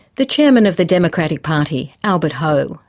the chairman of the democratic party, albert ho.